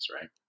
right